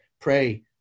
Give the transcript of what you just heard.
pray